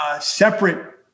separate